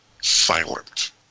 silent